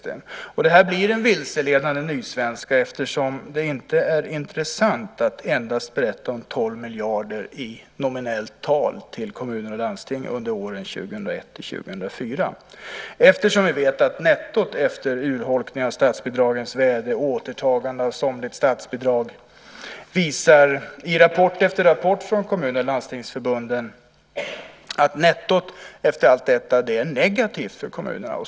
Det blir dock en vilseledande nysvenska eftersom det inte är intressant att endast berätta om 12 miljarder i nominellt tal till kommuner och landsting under åren 2001-2004. Vi vet ju att nettot efter urholkningen av statsbidragens värde och återtagandet av somligt statsbidrag - det visar rapport efter rapport från Kommun och Landstingsförbunden - är negativt för kommunerna.